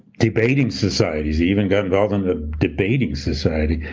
debating societies, even got involved in the debating society.